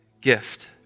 gift